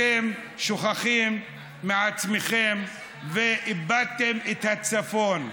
אתם שוכחים מעצמכם ואיבדתם את הצפון.